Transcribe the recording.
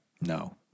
No